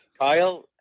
Kyle